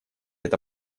это